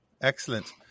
Excellent